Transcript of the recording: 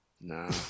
No